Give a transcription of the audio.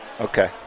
Okay